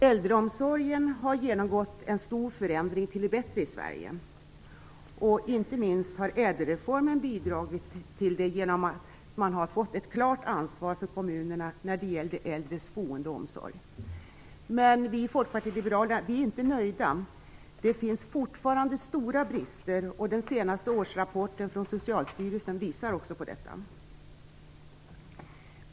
Herr talman! Äldreomsorgen har genomgått en stor förändring till det bättre i Sverige. Inte minst har ÄDEL-reformen bidragit till detta genom att kommunerna har fått ett klart ansvar när det gäller äldres boende och omsorg. Men vi i Folkpartiet liberalerna är inte nöjda. Det finns fortfarande stora brister, vilket också den senaste årsrapporten från Socialstyrelsen visar.